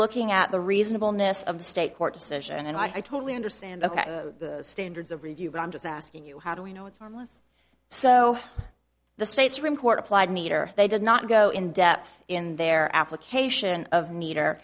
looking at the reasonableness of the state court decision and i totally understand ok standards of review but i'm just asking you how do we know it's harmless so the state's report applied meter they did not go in depth in their application of